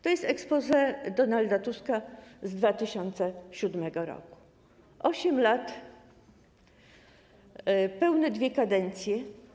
To jest exposé Donalda Tuska z 2007 r. 8 lat, pełne dwie kadencje.